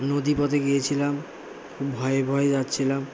নদীপথে গিয়েছিলাম খুব ভয়ে ভয়ে যাচ্ছিলাম